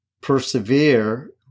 persevere